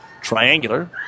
triangular